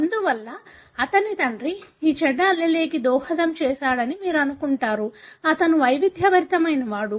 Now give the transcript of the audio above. అందువల్ల అతని తండ్రి ఈ చెడు allele కి దోహదం చేశాడని మీరు అనుకుంటారు అతను వైవిధ్యభరితమైనవాడు